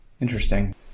interesting